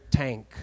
tank